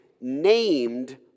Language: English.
named